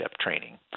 training